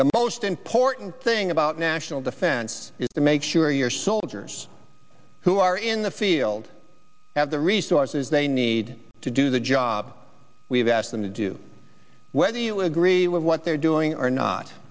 the most important thing about national defense is to make sure your soldiers who are in the field have the resources they need to do the job we've asked them to do whether you agree with what they're doing or not